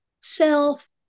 self